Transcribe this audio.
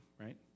right